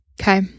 Okay